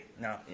no